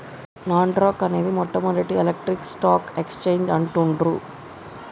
నాస్ dock అనేది మొట్టమొదటి electronic stock exchange అంటుండ్రు